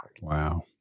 Wow